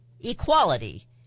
equality